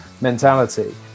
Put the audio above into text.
mentality